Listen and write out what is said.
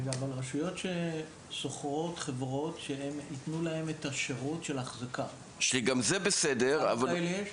אבל רשויות ששוכרות חברות שיתנו להן את השירות של אחזקה כמה כאלה יש?